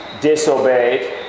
disobeyed